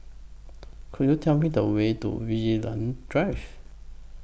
Could YOU Tell Me The Way to Vigilante Drive